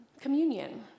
Communion